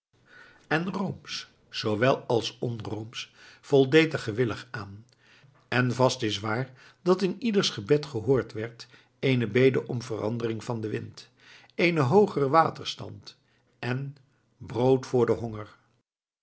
en roomsch zoowel als onroomsch voldeed er gewillig aan en vast is het waar dat in ieders gebed gehoord werd eene bede om verandering van den wind eenen hoogeren waterstand en brood voor den honger